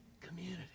community